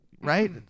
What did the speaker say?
right